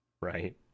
right